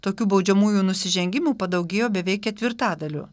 tokių baudžiamųjų nusižengimų padaugėjo beveik ketvirtadaliu